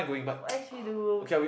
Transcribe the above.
what is she do